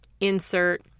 insert